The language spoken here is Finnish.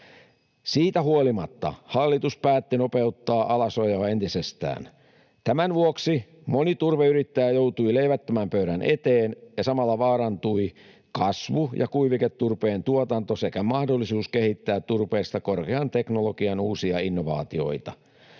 Siitä huolimatta hallitus päätti nopeuttaa alasajoa entisestään. Tämän vuoksi moni turveyrittäjä joutui leivättömän pöydän eteen, ja samalla vaarantuivat kasvu- ja kuiviketurpeen tuotanto sekä mahdollisuus kehittää turpeesta korkean teknologian uusia innovaatioita.